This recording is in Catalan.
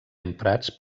emprats